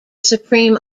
supreme